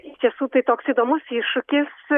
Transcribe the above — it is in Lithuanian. iš tiesų tai toks įdomus iššūkis